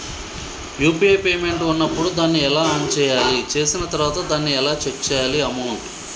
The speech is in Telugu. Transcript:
యూ.పీ.ఐ పేమెంట్ ఉన్నప్పుడు దాన్ని ఎలా ఆన్ చేయాలి? చేసిన తర్వాత దాన్ని ఎలా చెక్ చేయాలి అమౌంట్?